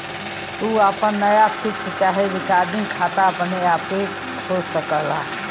तू आपन नया फिक्स चाहे रिकरिंग खाता अपने आपे खोल सकला